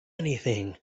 anything